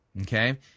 Okay